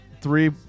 three